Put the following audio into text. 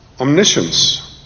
omniscience